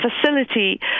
facility